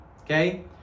okay